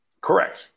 correct